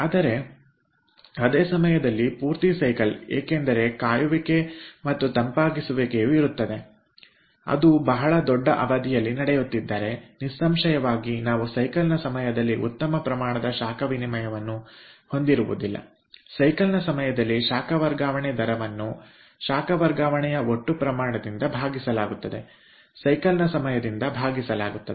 ಆದರೆ ಅದೇ ಸಮಯದಲ್ಲಿಪೂರ್ತಿ ಸೈಕಲ್ನಲ್ಲಿ ಕಾಯುವಿಕೆ ಮತ್ತು ತಂಪಾಗಿಸುವಿಕೆಯು ಇರುತ್ತದೆ ಅದು ಬಹಳ ದೊಡ್ಡ ಅವಧಿಯಲ್ಲಿ ನಡೆಯುತ್ತಿದ್ದರೆ ನಿಸ್ಸಂಶಯವಾಗಿ ನಾವು ಸೈಕಲ್ನ ಸಮಯದಲ್ಲಿ ಉತ್ತಮ ಪ್ರಮಾಣದ ಶಾಖ ವಿನಿಮಯವನ್ನು ಹೊಂದಿರುವುದಿಲ್ಲಏಕೆಂದರೆ ಸೈಕಲ್ನ ಸಮಯದಲ್ಲಿ ಶಾಖ ವರ್ಗಾವಣೆ ದರವನ್ನು ಶಾಖ ವರ್ಗಾವಣೆಯ ಒಟ್ಟು ಪ್ರಮಾಣದಿಂದ ಭಾಗಿಸಲಾಗುತ್ತದೆ ಸೈಕಲ್ನ ಸಮಯದಿಂದ ಭಾಗಿಸಲಾಗುತ್ತದೆ